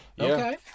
Okay